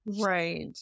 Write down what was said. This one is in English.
Right